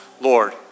Lord